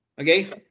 Okay